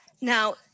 Now